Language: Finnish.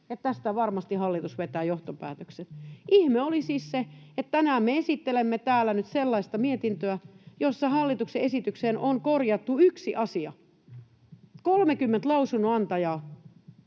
tästä varmasti hallitus vetää johtopäätökset. Ihme oli siis se, että tänään me esittelemme täällä nyt sellaista mietintöä, jossa hallituksen esitykseen on korjattu yksi asia. 30 lausunnonantajaa,